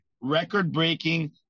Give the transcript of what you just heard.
record-breaking